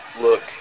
look